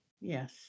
Yes